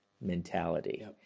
mentality